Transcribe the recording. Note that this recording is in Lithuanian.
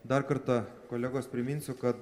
dar kartą kolegos priminsiu kad